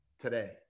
today